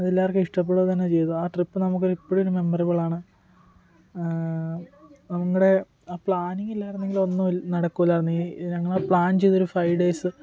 അതെല്ലാവർക്കും ഇഷ്ടപ്പെടുക തന്നെ ചെയ്തു ആ ട്രിപ്പ് നമുക്കൊരു ഇപ്പോഴും ഒരു മെമ്മറബിൾ ആണ് ഞങ്ങളുടെ ആ പ്ലാനിങ് ഇല്ലായിരുന്നെങ്കിൽ ഒന്നും നടക്കില്ലായിരുന്നു ഈ ഞങ്ങൾ പ്ലാൻ ചെയ്തൊരു ഫൈവ് ഡെയ്സ്